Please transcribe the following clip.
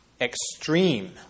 extreme